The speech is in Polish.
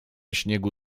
śniegu